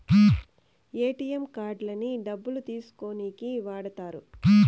ATM కార్డులను డబ్బులు తీసుకోనీకి వాడుతారు